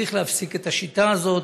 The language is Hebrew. צריך להפסיק את השיטה הזאת.